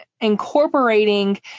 incorporating